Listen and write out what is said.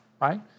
right